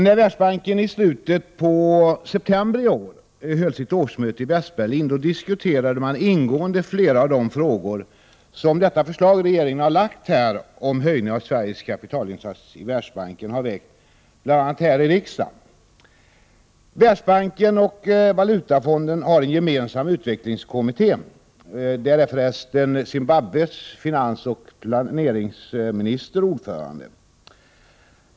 När Världsbanken i slutet av september i år höll sitt årsmöte i Västberlin diskuterades ingående flera av de frågor som regeringens förslag om höjning av Sveriges kapitalinsats i Världsbanken väckt bl.a. här i riksdagen. Världsbanken och Valutafonden har en gemensam utvecklingskommitté, i vilken förresten Zimbabwes finansoch planeringsminister är ordförande.